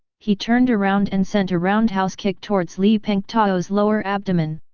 he turned around and sent a roundhouse kick towards li pengtao's lower abdomen.